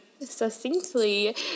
succinctly